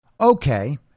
okay